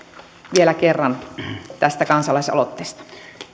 vielä kerran tästä kansalaisaloitteesta